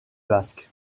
basque